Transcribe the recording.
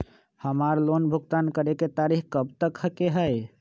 हमार लोन भुगतान करे के तारीख कब तक के हई?